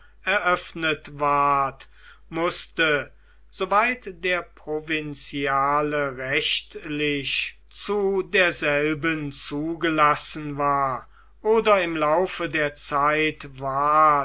eröffnet ward mußte soweit der provinziale rechtlich zu derselben zugelassen war oder im laufe der zeit ward